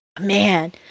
man